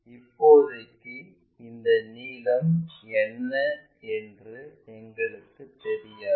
இப்போதைக்கு அந்த நீளம் என்ன என்று எங்களுக்குத் தெரியாது